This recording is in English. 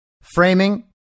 framing